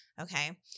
okay